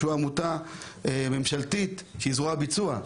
שזו עמותה ממשלתית שהיא זרוע ביצוע,